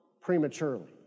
prematurely